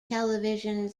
television